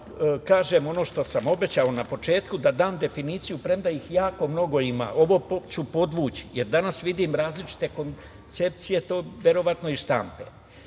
kažem ono što sam obećao na početku da dam definiciju, premda ih jako mnogo ima, ovo ću podvući, jer danas vidim različite koncepcije, to verovatno iz štampe.